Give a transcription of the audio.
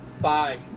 Bye